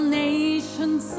nations